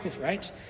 right